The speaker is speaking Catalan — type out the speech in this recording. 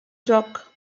joc